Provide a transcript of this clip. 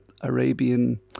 Arabian